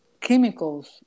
chemicals